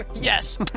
Yes